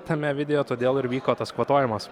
tame video todėl ir vyko tas kvatojimas